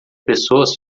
pessoas